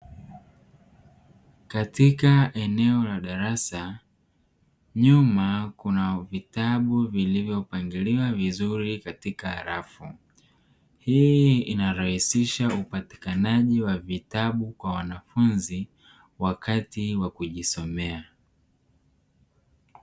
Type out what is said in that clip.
Katika eneo la darasa nyuma kuna vitabu vilivyopangiliwa vizuri katika rafu, hii inarahisisha upatikanaji wa vitabu kwa wanafunzi wakati wa kujisomea.